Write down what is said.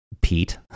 Pete